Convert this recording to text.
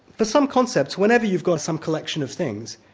for some concepts whenever you've got some collection of things,